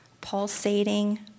pulsating